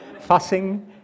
Fussing